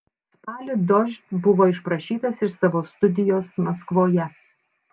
spalį dožd buvo išprašytas iš savo studijos maskvoje